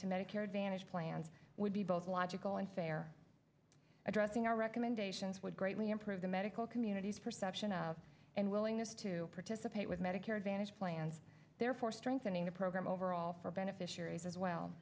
to medicare advantage plans would be both logical and fair addressing our recommendations would greatly improve the medical communities perception and willingness to participate with medicare advantage plans therefore strengthening the program overall beneficiaries as well